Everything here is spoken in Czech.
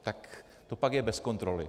Tak to pak je bez kontroly.